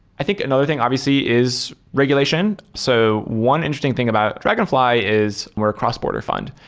i think another thing obviously is regulation. so one interesting thing about dragonfly is we're a cross-border fund.